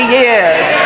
years